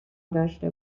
داشته